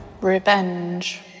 revenge